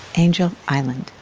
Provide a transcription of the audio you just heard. angel island